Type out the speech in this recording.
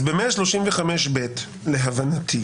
אז ב-135(ב), להבנתי,